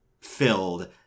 filled